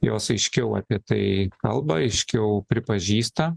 jos aiškiau apie tai kalba aiškiau pripažįsta